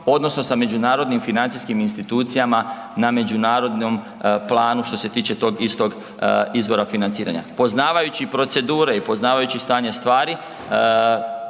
odnosno sa međunarodnim financijskim institucijama na međunarodnom planu što se tiče tog istog izvora financiranja. Poznavajući procedure i poznavajući stanje stvari